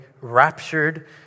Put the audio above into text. raptured